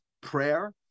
prayer